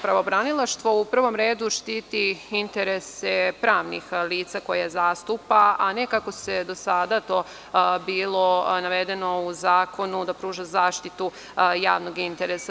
Pravobranilaštvo, u prvom redu, štiti interese pravnih lica koje zastupa, a ne kako je do sada bilo navedeno u zakonu da pruža zaštitu javnog interesa.